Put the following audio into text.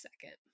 second